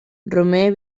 romer